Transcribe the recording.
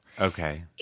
Okay